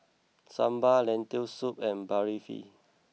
Sambar Lentil Soup and Barfi